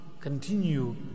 continue